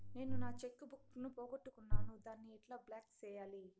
నేను నా cheque book ను పోగొట్టుకున్నాను దాన్ని ఎట్లా బ్లాక్ సేయాలి?